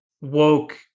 woke